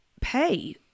pay